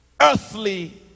Earthly